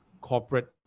corporate